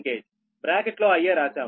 బ్రాకెట్లో Ia రాశాము